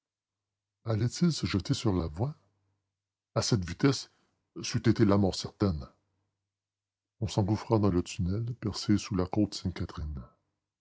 allait-il se jeter sur la voie à cette vitesse c'eût été la mort certaine on s'engouffra dans le tunnel percé sous la côte sainte-catherine